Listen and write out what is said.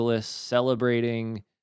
celebrating